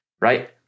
right